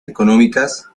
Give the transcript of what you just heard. económicas